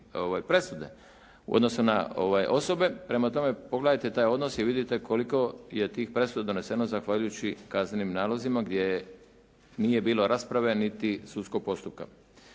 presude u odnosu na osobe. Prema tome pogledajte taj odnos i vidite koliko je tih presuda doneseno zahvaljujući kaznenim nalozima gdje nije bilo rasprave niti sudskog postupka.